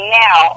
now